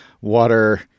water